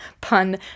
pun